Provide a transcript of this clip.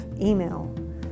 email